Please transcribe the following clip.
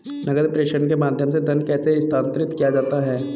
नकद प्रेषण के माध्यम से धन कैसे स्थानांतरित किया जाता है?